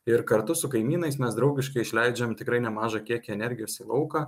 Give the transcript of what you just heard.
ir kartu su kaimynais mes draugiškai išleidžiam tikrai nemažą kiekį energijos į lauką